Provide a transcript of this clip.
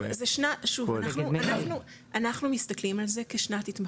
אנחנו מסתכלים על זה כשנת התמחות,